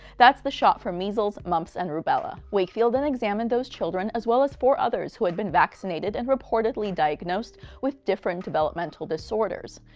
that's the shot for measles, mumps, and rubella. wakefield then examined those children, as well as four others, who had been vaccinated and reportedly diagnosed with different developmental disorders.